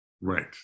Right